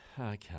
Okay